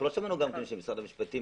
לא שמענו שמשרד המשפטים